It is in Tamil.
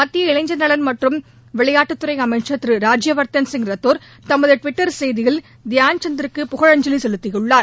மத்திய இளைஞர் நலன் மற்றும் விளையாட்டுத் துறை அளமச்சர் திரு ராஜ்யவர்தன் ரத்தோர் தமது டுவிட்டர் செய்தியில் தயான் சந்த் க்கு புகழஞ்சலி செலுத்தியுள்ளார்